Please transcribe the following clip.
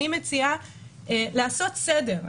אני מציעה לעשות סדר.